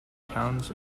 towns